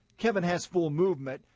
kevin has full movement,